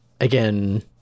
Again